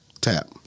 tap